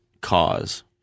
cause